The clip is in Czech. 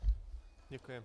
Děkuji.